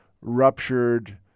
ruptured